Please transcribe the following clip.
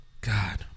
god